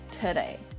today